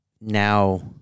now